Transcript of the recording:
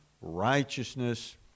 righteousness